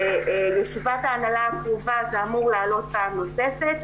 בישיבת ההנהלה הקרובה זה אמור לעלות פעם נוספת.